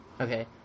Okay